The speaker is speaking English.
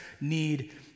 need